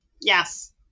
Yes